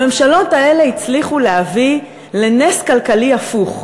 הממשלות האלה הצליחו להביא לנס כלכלי הפוך: